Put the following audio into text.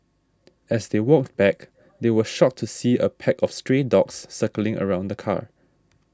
as they walked back they were shocked to see a pack of stray dogs circling around the car